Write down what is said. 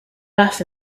rough